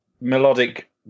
melodic